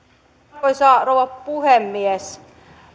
arvoisa rouva puhemies